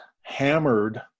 hammered